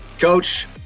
Coach